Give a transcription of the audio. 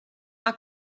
not